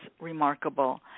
remarkable